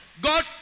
God